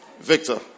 Victor